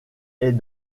est